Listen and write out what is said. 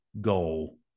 goal